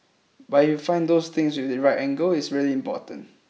but if you find those things with the right angle it's really important